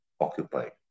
occupied